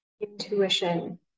intuition